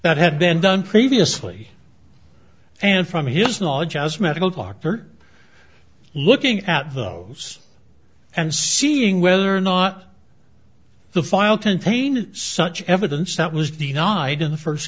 that had been done previously and from his knowledge as medical doctor looking at those and seeing whether or not the file containing such evidence that was denied in the first